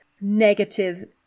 negative